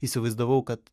įsivaizdavau kad